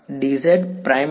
વિદ્યાર્થી d z prime માટે